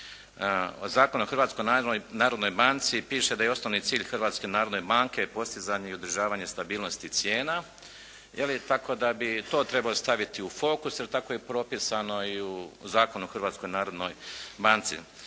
Zakona o Hrvatskoj narodnoj banci, piše da je i osnovi cilj Hrvatske narodne banke, postizanje i održavanje stabilnosti cijena, je li. Tako da bi to trebalo staviti u fokus, jer tako je propisano i u Zakonu o Hrvatskoj narodnoj banci.